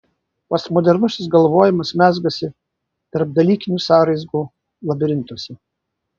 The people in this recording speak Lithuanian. postmodernusis galvojimas mezgasi tarpdalykinių sąraizgų labirintuose